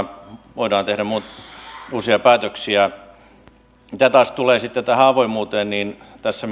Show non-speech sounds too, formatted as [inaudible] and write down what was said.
voidaan tehdä uusia päätöksiä mitä taas tulee sitten tähän avoimuuteen niin tässä [unintelligible]